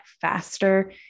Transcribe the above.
faster